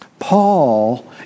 Paul